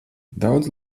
daudz